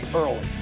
early